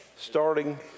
Starting